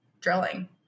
drilling